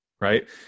right